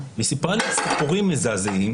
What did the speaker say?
היא סיפרה לי סיפורים מזעזעים,